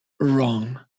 wrong